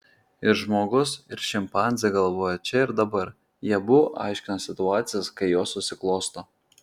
ir žmogus ir šimpanzė galvoja čia ir dabar jie abu aiškina situacijas kai jos susiklosto